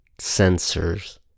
sensors